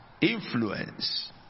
Influence